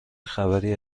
خبری